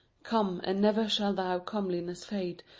come, and never shall thy comeliness fade,